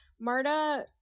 Marta